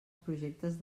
projectes